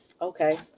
Okay